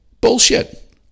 Bullshit